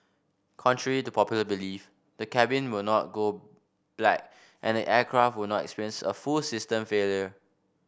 contrary to popular belief the cabin will not go black and the aircraft will not experience a full system failure